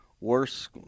worse